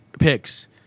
picks